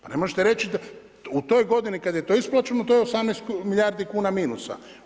Pa ne možete reći, u toj godini kad je to isplaćeno, to je 18 milijardi kuna minusa.